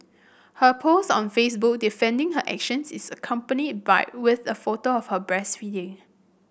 her post on Facebook defending her actions is accompanied by with a photo of her breastfeeding